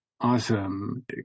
Awesome